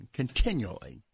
continually